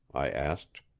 i asked.